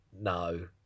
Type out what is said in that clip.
no